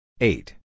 eight